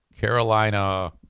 Carolina